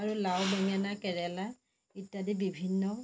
আৰু লাও বেঙেনা কেৰেলা ইত্যাদি বিভিন্ন